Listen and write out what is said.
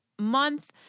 month